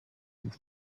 this